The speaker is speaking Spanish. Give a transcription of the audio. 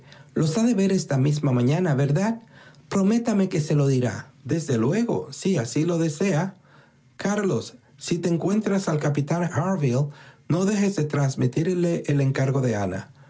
los ha de ver esta misma mañana verdad prométame que se lo dirá desde luego si así lo desea carlos si te encuentras al capitán harville no dejes de transmitirle el encargo de ana